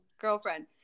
Girlfriend